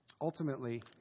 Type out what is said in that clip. Ultimately